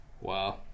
Wow